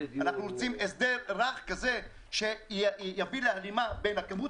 אנחנו רוצים הסדר רך שיביא להלימה בין הכמות